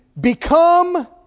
Become